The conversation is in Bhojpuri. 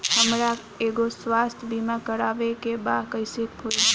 हमरा एगो स्वास्थ्य बीमा करवाए के बा कइसे होई?